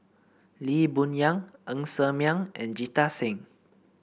Lee Boon Yang Ng Ser Miang and Jita Singh